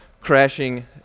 crashing